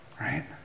Right